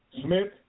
Smith